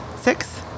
Six